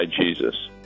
Jesus